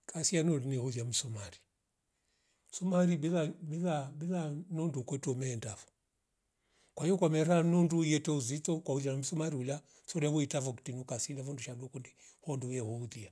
Kasi ya mweru urinia horia msumari, sumari bila- bila- bila nyundu kutwe meendafo kwaio kwa mera nundu iyete uzito kwa ulia msumari ula msurwe ngwi tavo kutinuka si lavo ndushandu kute honduya weolia